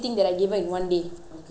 then I the grandmother say